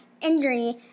injury